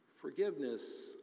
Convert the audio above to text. Forgiveness